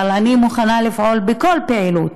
אלא אני מוכנה לפעול בכל פעילות